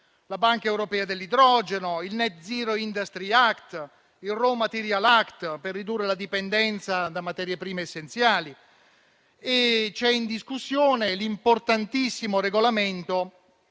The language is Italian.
la Banca europea dell'idrogeno, il *Net-zero industry Act* e il *Raw material Act*, per ridurre la dipendenza da materie prime essenziali; è poi in discussione l'importantissimo regolamento